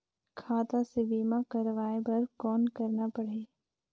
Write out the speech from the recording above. खाता से बीमा करवाय बर कौन करना परही?